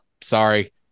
sorry